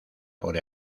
por